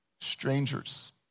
Strangers